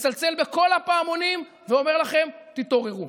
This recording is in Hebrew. מצלצל בכל הפעמונים ואומר לכם: תתעוררו.